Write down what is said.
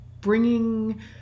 bringing